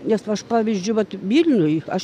nes aš pavyzdžiui vat vilniuj aš